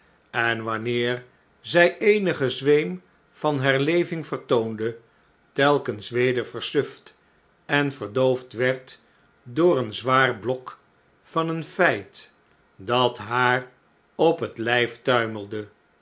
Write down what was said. en wanneer zij eenigen zweem van herleving vertoonde telkens weder versuft en verdoofd werd door een zwaar blok van een feit dat haar op het lijf tuimelde